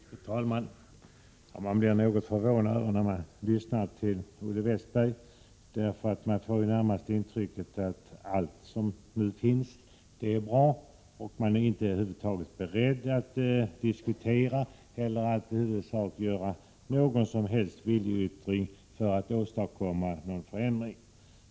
Herr talman! Jag blir något förvånad när jag lyssnar till Olle Westberg, eftersom det enligt honom verkar som om allt är bra som det är. Socialdemokraterna är över huvud taget inte beredda att diskutera eller att göra någon som helst viljeyttring för att åstadkomma någon förändring.